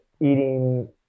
eating